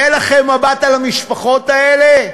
אין לכם מבט על המשפחות האלה?